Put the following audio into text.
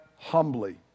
humbly